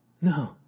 No